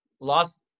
lost